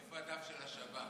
איפה הדף של השב"כ?